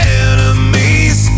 enemies